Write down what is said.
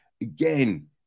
again